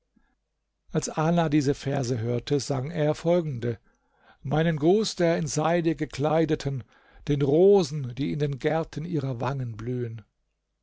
als ala diese verse hörte sang er folgende meinen gruß der in seide gekleideten den rosen die in den gärten ihrer wangen blühen